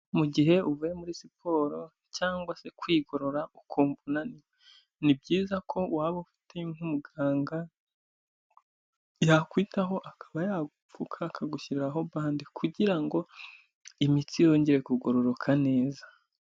Mugihe uvuye muri siporo cyangwa se kwigorora ukumva unaniwe, ni byiza ko waba ufite nk'umuganga yakwitaho akaba yagupfuka akagushyiriraho bande, kugira ngo imitsi yongere kugororoka neza.